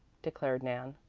declared nan.